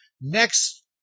Next